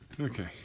Okay